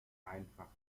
einfach